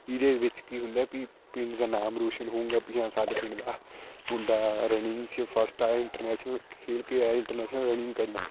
ਇਹਦੇ ਵਿੱਚ ਕੀ ਹੁੰਦਾ ਵੀ ਪਿੰਡ ਦਾ ਨਾਮ ਰੋਸ਼ਨ ਹੋਊਗਾ ਵੀ ਹਾਂ ਸਾਡੇ ਪਿੰਡ ਦਾ ਮੁੰਡਾ ਰਨਿੰਗ 'ਚ ਫਸਟ ਆਇਆ ਇੰਟਰਨੈਸ਼ਨਲ ਖੇਡ ਕੇ ਆਇਆ ਇੰਟਰਨੈਸ਼ਨਲ ਰਨਿੰਗ ਕਰੀ